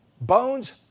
Bones